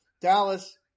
Dallas